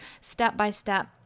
step-by-step